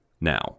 now